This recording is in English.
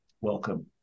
Welcome